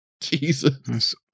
Jesus